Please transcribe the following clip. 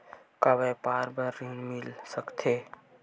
का व्यापार बर ऋण मिल सकथे?